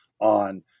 on